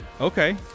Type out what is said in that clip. Okay